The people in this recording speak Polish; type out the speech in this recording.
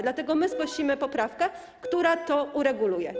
Dlatego zgłosimy poprawkę, która to ureguluje.